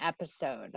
episode